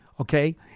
okay